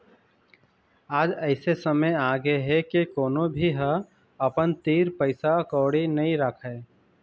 आज अइसे समे आगे हे के कोनो भी ह अपन तीर पइसा कउड़ी नइ राखय